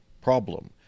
problem